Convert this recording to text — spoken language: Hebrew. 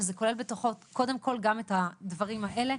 וזה כולל בתוכו קודם כל גם את הדברים האלה.